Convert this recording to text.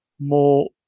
more